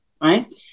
right